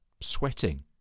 sweating